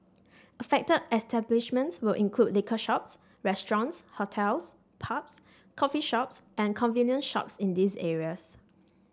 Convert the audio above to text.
affected establishments will include liquor shops restaurants hotels pubs coffee shops and convenience shops in these areas